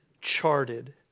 charted